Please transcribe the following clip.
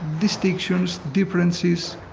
distinctions, differences,